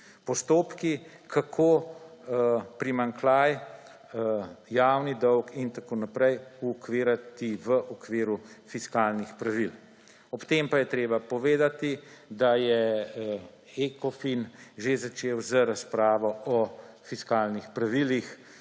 postopki, kako primanjkljaj, javni dolg in tako naprej uokviriti v okviru fiskalnih pravil. Ob tem pa je treba povedati, da je ECOFIN že začel razpravo o fiskalnih pravilih